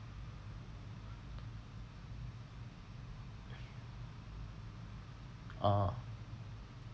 ah